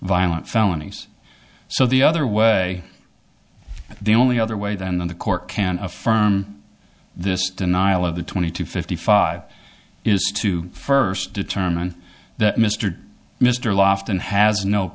violent felonies so the other way the only other way than the court can affirm this denial of the twenty two fifty five is to first determine that mr mr lofton has no